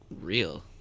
real